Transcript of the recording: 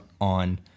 on